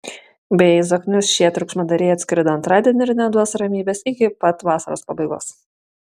beje į zoknius šie triukšmadariai atskrido antradienį ir neduos ramybės iki pat vasaros pabaigos